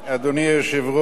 אדוני היושב-ראש,